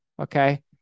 Okay